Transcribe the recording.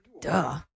Duh